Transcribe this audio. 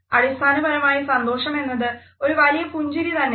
അടിസ്ഥാനപരമായി സന്തോഷമെന്നത് ഒരു വലിയ പുഞ്ചിരി തന്നെയാണ്